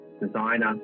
designer